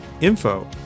Info